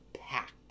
packed